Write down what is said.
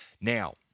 Now